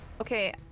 Okay